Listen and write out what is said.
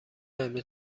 امروز